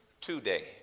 today